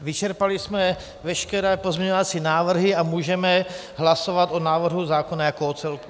Vyčerpali jsme veškeré pozměňovací návrhy a můžeme hlasovat o návrhu zákona jako o celku.